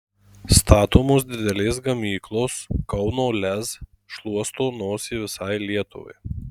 statomos didelės gamyklos kauno lez šluosto nosį visai lietuvai